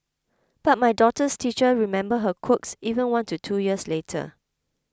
but my daughter's teachers remember her quirks even one to two years later